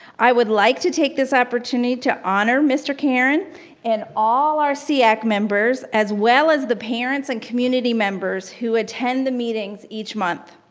i would like to take this opportunity to honor mr. caron and all our seac members as well as the parents and community members who attend the meetings each month.